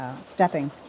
stepping